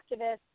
activists